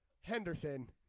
Henderson